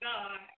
God